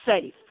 safe